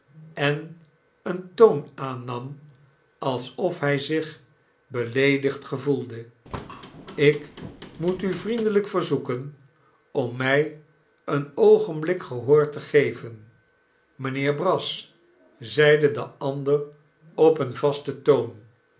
en een toon aannam alsof hij zich beleedigd gevoelde ik moet u vriendelijk verzoeken om mij een oogenblik gehoor te geven mijnheer brass zeide de ander op een vasten toon